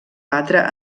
batre